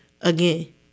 again